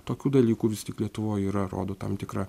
tokių dalykų vis tik lietuvoj yra rodo tam tikrą